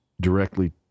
directly